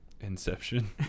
Inception